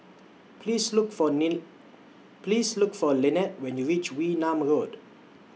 Please Look For Please Look For Lynnette when YOU REACH Wee Nam Road